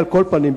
על כל פנים,